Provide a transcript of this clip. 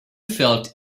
felt